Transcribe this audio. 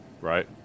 Right